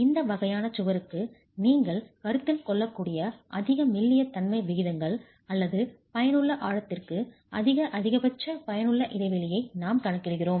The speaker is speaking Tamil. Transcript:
இந்த வகையான சுவருக்கு நீங்கள் கருத்தில் கொள்ளக்கூடிய அதிக மெல்லிய தன்மை விகிதங்கள் அல்லது பயனுள்ள ஆழத்திற்கு அதிக அதிகபட்ச பயனுள்ள இடைவெளியை நாம் கணக்கிடுகிறோம்